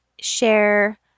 share